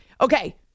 Okay